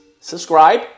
subscribe